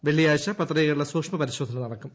വെള്ളിയാഴ്ച പത്രികകളുടെ സൂക്ഷ്മ പരിശോധന നടക്കും